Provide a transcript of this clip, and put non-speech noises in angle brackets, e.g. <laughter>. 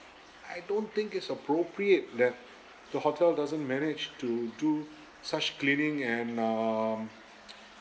I don't think it's appropriate that the hotel doesn't manage to do such cleaning and um <noise>